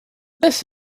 this